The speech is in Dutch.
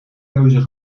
keuze